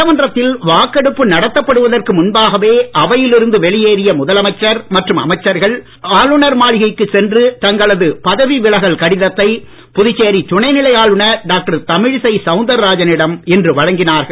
சட்டமன்றத்தில் வாக்கெடுப்பு நடத்தப்படுவதற்கு முன்பாகவே அவையில் இருந்து வெளியேறிய முதலமைச்சர் மற்றும் அமைச்சர்கள் ஆளுநர் மாளிகைக்குச் சென்று தங்களது பதவி விலகல் கடிதத்தை புதுச்சேரி துணை நிலை ஆளுநர் டாக்டர் தமிழிசை சவுந்தர்ராஜனிடம் இன்று வழங்கினார்கள்